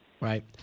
right